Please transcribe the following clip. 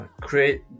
create